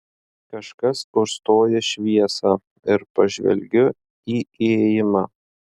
kažkas užstoja šviesą ir pažvelgiu į įėjimą